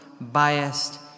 biased